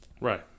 Right